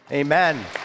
amen